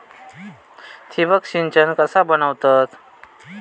ठिबक सिंचन कसा बनवतत?